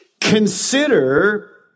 consider